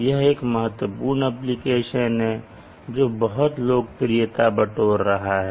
यह एक महत्वपूर्ण एप्लीकेशन है जो बहुत लोकप्रियता बटोर रहा है